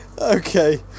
Okay